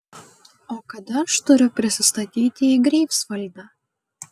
o kada aš turiu prisistatyti į greifsvaldą